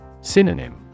Synonym